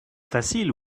facile